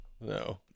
No